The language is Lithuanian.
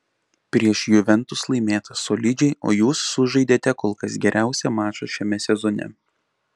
prieš juventus laimėta solidžiai o jūs sužaidėte kol kas geriausią mačą šiame sezone